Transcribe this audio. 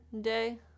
day